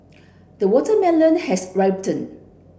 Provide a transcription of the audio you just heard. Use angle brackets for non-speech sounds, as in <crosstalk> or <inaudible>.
the watermelon has <unintelligible>